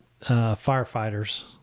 firefighters